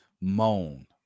Moan